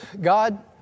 God